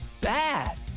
bad